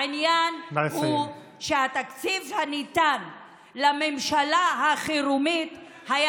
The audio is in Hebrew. העניין הוא שהתקציב שניתן לממשלה החירומית היה